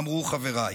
אמרו חבריי.